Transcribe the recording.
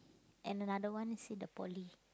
and another one is in the poly